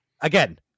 again